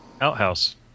outhouse